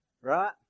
right